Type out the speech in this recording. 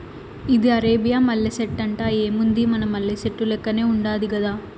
ఇది అరేబియా మల్లె సెట్టంట, ఏముంది మన మల్లె సెట్టు లెక్కనే ఉండాది గదా